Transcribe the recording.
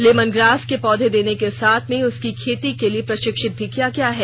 lemongrass के पौधे देने के साथ में उसकी खेती के प्रशिक्षित भी किया गया है